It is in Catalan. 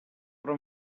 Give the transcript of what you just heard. però